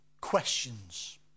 questions